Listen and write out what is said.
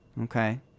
okay